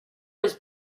his